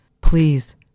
Please